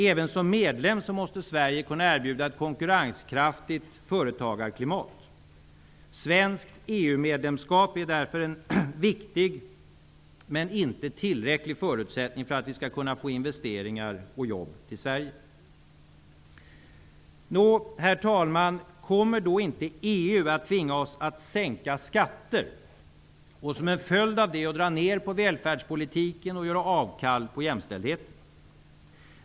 Även som medlem måste Sverige kunna erbjuda ett konkurrenskraftigt företagarklimat. Ett svenskt EU-medlemskap är därför en viktig men inte tillräcklig förutsättning för att vi skall kunna få investeringar och jobb till Sverige. Herr talman! Kommer då inte EU att tvinga oss att sänka skatter och som en följd av det att dra ner på välfärdspolitiken och göra avkall på jämställdheten?